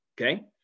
okay